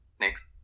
Next